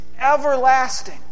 everlasting